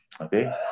Okay